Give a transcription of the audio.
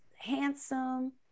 handsome